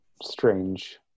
strange